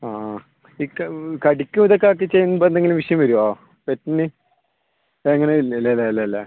ആ ആ ഇക്ക കടിക്കുമോ ഇത് ഒക്കെ ആക്കി ചെയ്യുമ്പോൾ എന്തെങ്കിലും വിഷയം വരുമോ പെറ്റിന് അത് എങ്ങനെ ഇല്ല ഇല്ല അല്ലെ അല്ലെ അല്ലെ